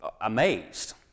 amazed